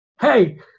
hey